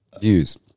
views